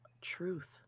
Truth